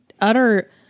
utter